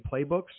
playbooks